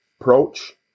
approach